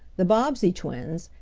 the bobbsey twins,